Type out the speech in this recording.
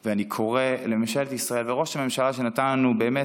ואני קורא לממשלת ישראל ולראש הממשלה, שנתן באמת